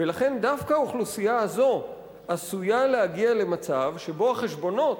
ולכן דווקא האוכלוסייה הזאת עשויה להגיע למצב שבו החשבונות